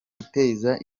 guteza